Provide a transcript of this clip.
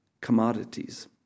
commodities